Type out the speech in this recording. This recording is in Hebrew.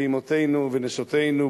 ואמותינו ונשותינו,